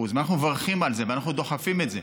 אנחנו מברכים על זה ואנחנו דוחפים את זה.